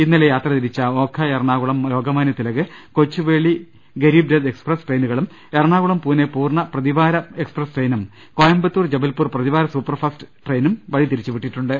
ഇന്നലെ യാത്ര തിരിച്ച ഓഖ എറണാകുളം ലോകമാനൃ തിലക് കൊച്ചുവേളി ഗരീബ്രഥ് എക്സ്പ്രസ് ട്രെയിനുകളും എറണാകുളം പൂനെ പൂർണ്ണ പ്രതിവാര എക്സ്പ്രസ് ട്രെയിനും കോയമ്പത്തൂർ ജബൽപൂർ പ്രതിവാര സൂപ്പർ ഫാസ്റ്റ് ട്രെയിനും വഴിതിരിച്ചു വിട്ടിട്ടു ണ്ട്